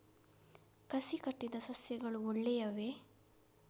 ಕಸಿ ಕಟ್ಟಿದ ಸಸ್ಯಗಳು ಒಳ್ಳೆಯವೇ?